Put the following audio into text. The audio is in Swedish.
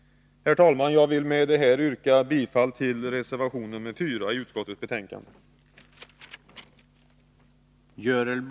Herr talman! Jag yrkar bifall till reservation nr 4 i utskottsbetänkandet.